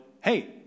hey